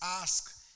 ask